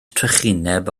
trychineb